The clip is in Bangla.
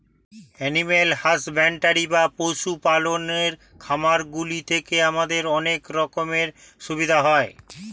এনিম্যাল হাসব্যান্ডরি বা পশু পালনের খামারগুলি থেকে আমাদের অনেক রকমের সুবিধা হয়